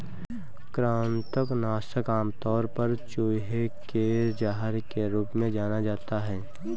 कृंतक नाशक आमतौर पर चूहे के जहर के रूप में जाना जाता है